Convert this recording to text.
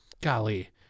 Golly